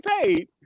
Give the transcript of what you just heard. paid